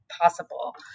possible